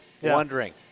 wondering